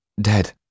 Dead